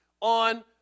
on